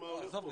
עזוב,